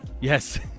Yes